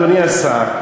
אדוני השר,